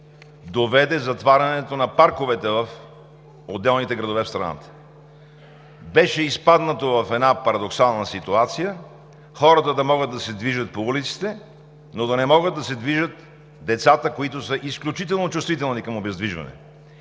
доведе затварянето на парковете в отделните градове в страната. Беше изпаднато в парадоксална ситуация хората да могат да се движат по улиците, но да не могат да се движат децата, които са изключително чувствителни към обездвижване.